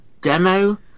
demo